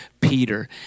Peter